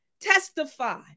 testify